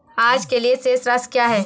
आज के लिए शेष राशि क्या है?